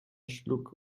schluck